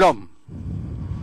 שלום.